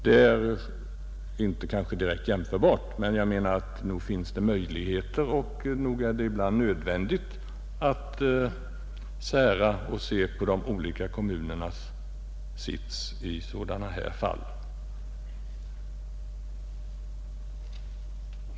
Det är kanske inte en direkt jämförbar åtgärd, men jag menar att det torde finnas möjligheter och att det nog ibland är nödvändigt att sära och se på de olika kommunernas sits i sådana här fall.